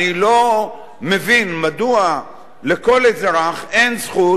אני לא מבין מדוע לכל אזרח אין זכות